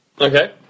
Okay